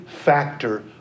factor